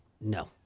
No